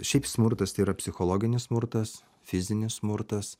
šiaip smurtas tai yra psichologinis smurtas fizinis smurtas